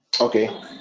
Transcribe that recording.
Okay